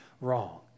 wrong